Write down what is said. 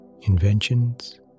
inventions